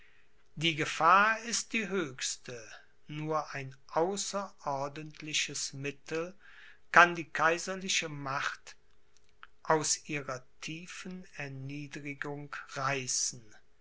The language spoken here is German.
die gefahr ist die höchste nur ein außerordentliches mittel kann die kaiserliche macht ans ihrer tiefen erniedrigung reißen